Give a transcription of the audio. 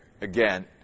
Again